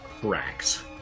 cracks